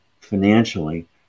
financially